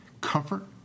comfort